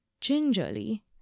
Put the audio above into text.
gingerly